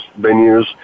venues